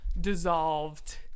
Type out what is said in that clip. dissolved